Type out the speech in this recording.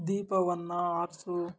ದೀಪವನ್ನು ಆರಿಸು